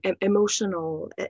emotional